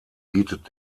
bietet